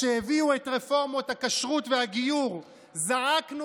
כשהביאו את רפורמות הכשרות והגיור זעקנו